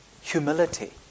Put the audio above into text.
humility